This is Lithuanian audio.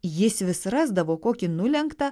jis vis rasdavo kokį nulenktą